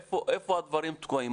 איפה הדברים תקועים?